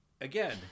Again